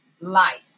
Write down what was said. life